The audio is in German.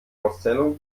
auszählung